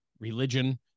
religion